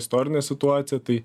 istorinė situacija tai